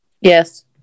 Yes